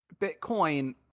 Bitcoin